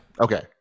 Okay